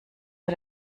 vor